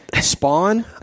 Spawn